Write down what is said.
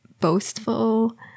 boastful